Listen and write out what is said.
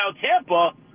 Tampa